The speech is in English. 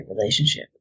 relationship